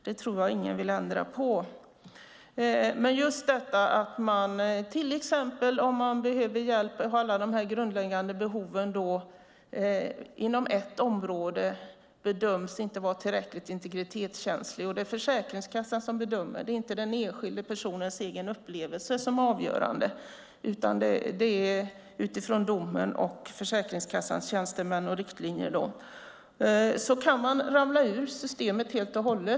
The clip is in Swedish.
Det tror jag inte att någon vill ändra på. Om man har alla dessa grundläggande behov och inom ett område bedöms inte vara tillräckligt integritetskänslig - och det är Försäkringskassan som bedömer detta; det är inte den enskilde personens egen upplevelse som är avgörande utan en bedömning utifrån domen och Försäkringskassans tjänstemän och riktlinjer - kan man alltså ramla ur systemet helt och hållet.